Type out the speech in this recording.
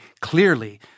clearly